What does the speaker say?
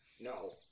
No